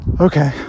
okay